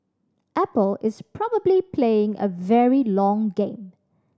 Apple is probably playing a very long game